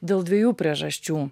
dėl dviejų priežasčių